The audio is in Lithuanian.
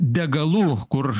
degalų kur